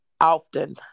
often